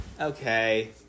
okay